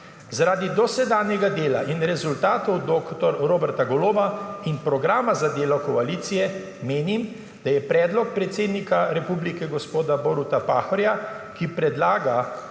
Zaradi dosedanjega dela in rezultatov dr. Roberta Goloba in programa za delo koalicije menim, da je predlog predsednika republike gospoda Boruta Pahorja, ki predlaga,